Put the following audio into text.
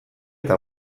eta